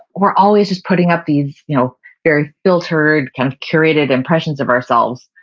we're always just putting up these you know very filtered kind of curated impressions of ourselves,